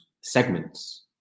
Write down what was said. segments